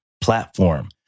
Platform